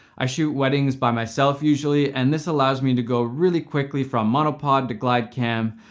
i shoot weddings by myself usually, and this allows me to go really quickly from monopod to glidecam,